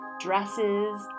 dresses